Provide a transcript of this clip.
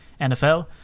nfl